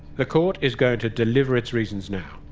the court is going to deliver its reasons now.